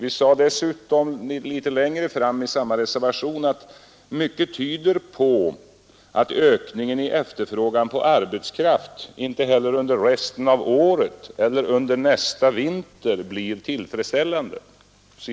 I samma reservation på s. 29 sade vi också att ”mycket tyder därför på att ökningen i efterfrågan på arbetskraft inte heller under resten av året eller under nästa vinter blir tillfredsställande”.